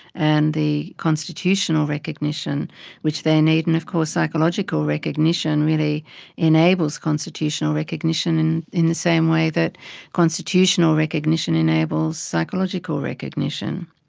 and the constitutional recognition which they need, and of course psychological recognition really enables constitutional recognition in in the same way that constitutional recognition enables psychological recognition.